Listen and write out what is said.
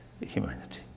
humanity